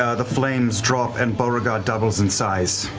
ah the flames drop and beauregard doubles in size.